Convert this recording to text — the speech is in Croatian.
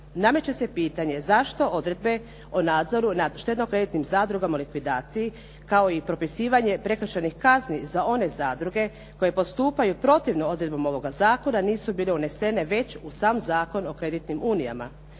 Nameće se pitanje zašto odredbe o nadzoru nad štedno-kreditnim zadrugama u likvidaciji, kao i propisivanje prekršajnih kazni za one zadruge koje postupaju protivno odredbama ovoga zakona, nisu bile unesene već u sam zakon o kreditnim unijama.